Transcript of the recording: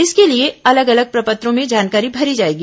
इसके लिए अलग अलग प्रपत्रों में जानकारी भरी जाएगी